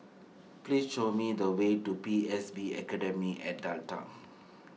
please show me the way to P S B Academy at Delta